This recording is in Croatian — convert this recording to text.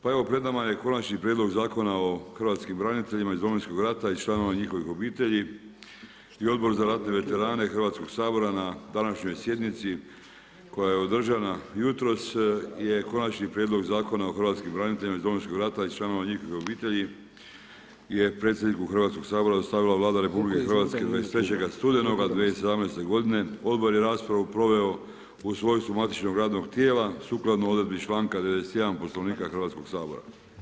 Pa evo, pred nama je konačni prijedlog Zakona o hrvatskim branitelja iz Domovinskog rata i članova njihovih obitelji i Odbor za ratne veterane Hrvatskog sabora, na današnjoj sjednici, koja je održana jutros je konačni prijedlog Zakona o hrvatskim branitelja iz Domovinskog rata i članova njihovih obitelji je predsjedniku Hrvatskog sabora dostavila Vlada RH, 23.11.2017. g. Odbor je raspravu proveo u svojstvu matičnog radnog tijela, sukladno odredbi čl. 91 Poslovnika Hrvatskog sabora.